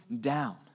down